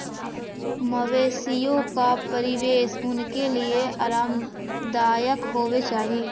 मवेशियों का परिवेश उनके लिए आरामदायक होवे चाही